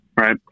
right